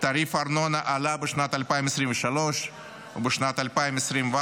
תעריף הארנונה עלה בשנת 2023 ובשנת 2024,